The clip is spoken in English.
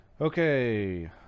Okay